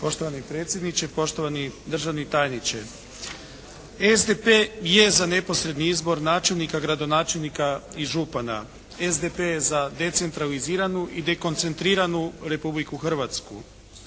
Poštovani predsjedniče, poštovani državni tajniče. SDP je za neposredni izbor načelnika, gradonačelnika i župana. SDP je za decentraliziranu i dekoncentriranu Republiku Hrvatsku.